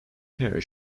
hair